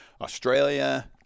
Australia